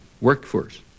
workforce